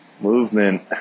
movement